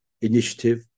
initiative